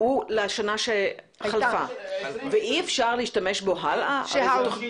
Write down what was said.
הוא לשנה שחלפה, ואי אפשר להשתמש בו לעתיד?